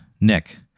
Nick